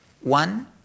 One